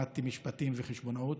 למדתי משפטים וחשבונאות,